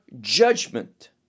judgment